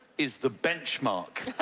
is the benchmark.